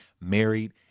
Married